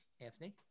Anthony